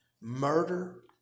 murder